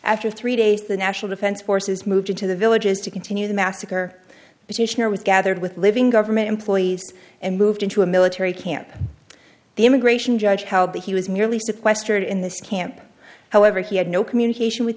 after three days the national defense forces moved into the villages to continue the massacre positioner was gathered with living government employees and moved into a military camp the immigration judge held that he was merely sequestered in this camp however he had no communication with